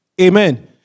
Amen